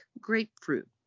grapefruit